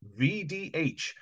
VDH